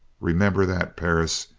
remember that, perris.